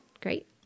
great